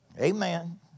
Amen